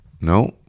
no